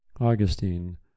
Augustine